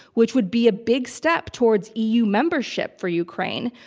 which would be a big step towards eu membership for ukraine,